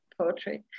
poetry